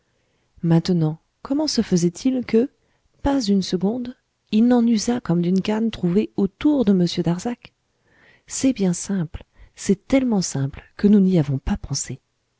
maintenant comment se faisait-il que pas une seconde il n'en usa comme d'une canne trouvée autour de m darzac c'est bien simple c'est tellement simple que nous n'y avons pas pensé